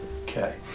Okay